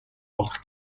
болгох